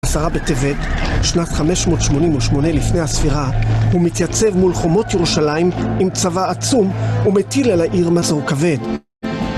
בעשרה בטבת, שנת 588 לפני הספירה, הוא מתייצב מול חומות ירושלים עם צבא עצום ומטיל על העיר מצור כבד.